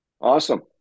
awesome